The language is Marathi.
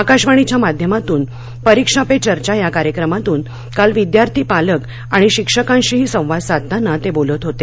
आकाशवाणीच्या माध्यमातून परीक्षा पे चर्चा या कार्यक्रमातून काल विद्यार्थी पालक आणि शिक्षकांशीही संवाद साधताना ते बोलत होते